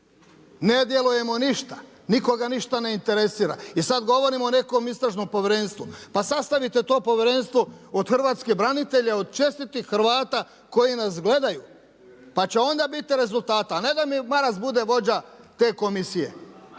ne djelujemo ništa, nikoga ništa ne interesira, i sad govorimo o nekom, istražnom povjerenstvu. Pa sastavite to povjerenstvo od hrvatskih branitelja, od čestitih Hrvata koji nas gledaju pa će onda biti rezultata a ne da mi Maras bude vođa te komisija